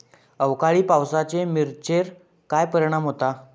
अवकाळी पावसाचे मिरचेर काय परिणाम होता?